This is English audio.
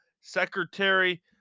secretary